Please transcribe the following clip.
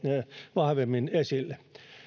vahvemmin esille